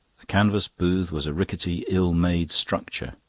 the canvas booth was a rickety, ill-made structure.